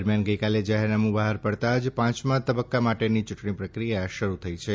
દરમિયાન ગઇકાલે જાહેરનામું બહાર પડતાં જ પાંચમા તબક્કા માટેની ચુંટણી પ્રક્રિયા શરૂ થઈ છે